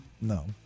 No